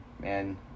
Man